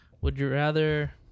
Would-you-rather